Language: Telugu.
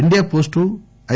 India post I